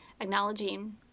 acknowledging